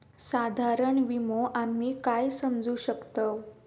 साधारण विमो आम्ही काय समजू शकतव?